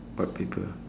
what paper